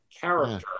character